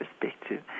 perspective